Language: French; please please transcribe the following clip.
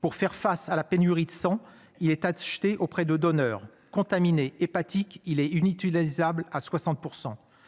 pour faire face à la pénurie de sang il est acheté auprès de donneurs contaminés hépatique, il est une utilisable à 60%.